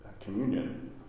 communion